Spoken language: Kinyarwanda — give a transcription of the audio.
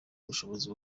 ubushobozi